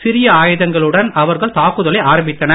சிறிய ஆயுதங்களுடன் அவர்கள் தாக்குதலை ஆரம்பித்தனர்